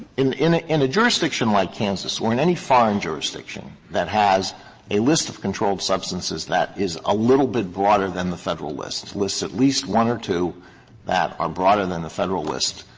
in in ah in a jurisdiction like kansas or in any foreign jurisdiction that has a list of controlled substances that is a little bit broader than the federal list, lists at least one or two that are broader than the federal list,